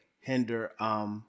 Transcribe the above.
hinder –